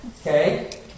Okay